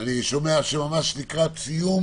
אני שומע שממש לקראת סיום